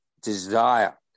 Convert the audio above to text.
Desire